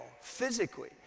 physically